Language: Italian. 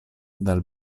dal